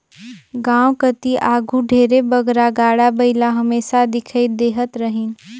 गाँव कती आघु ढेरे बगरा गाड़ा बइला हमेसा दिखई देहत रहिन